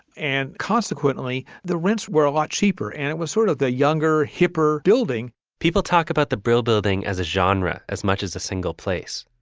and consequently the rents were a lot cheaper and it was sort of the younger, hipper building people talk about the brill building as a genre as much as a single place,